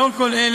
לאור כל אלה,